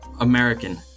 American